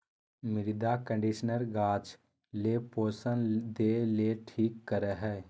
मृदा कंडीशनर गाछ ले पोषण देय ले ठीक करे हइ